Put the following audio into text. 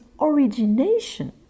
origination